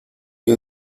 que